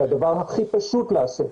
זה הדבר הכי פשוט לעשות.